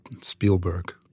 Spielberg